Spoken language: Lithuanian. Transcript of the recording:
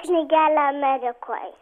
knygelę amerikoj